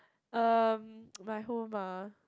um my home ah